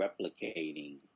replicating